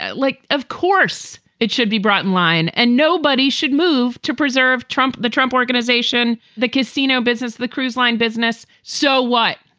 ah like, of course, it should be brought in line and nobody should move to preserve trump. the trump organization, the casino business, the cruise line business. business. so what?